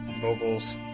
vocals